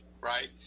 right